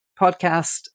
podcast